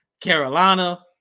Carolina